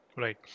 Right